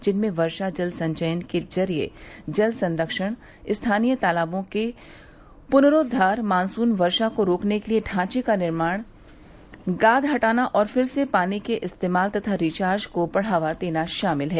जिनमें वर्षा जल संचयन के जरिए जल संरक्षण स्थानीय तालाबों के पुनरोद्वार मानसून वर्षा को रोकने के लिए ढांचे का निर्माण गाद हटाना और फिर से पानी के इस्तेमाल तथा रिचार्ज को बढ़ावा देना शामिल है